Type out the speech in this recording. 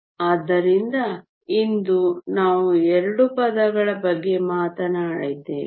ಆದ್ದರಿಂದ ಇಂದು ನಾವು 2 ಪದಗಳ ಬಗ್ಗೆ ಮಾತನಾಡಿದ್ದೇವೆ